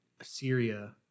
assyria